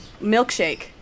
Milkshake